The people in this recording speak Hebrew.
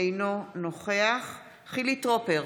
אינו נוכח חילי טרופר,